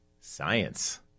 Science